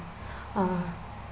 uh